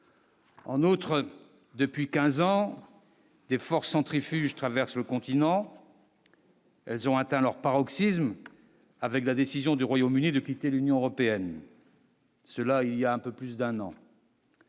en outre, depuis 15 ans des forces centrifuges traverse le continent, elles ont atteint leur paroxysme avec la décision du Royaume-Uni, de quitter l'Union européenne. Cela il y a un peu plus d'un an.